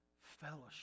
fellowship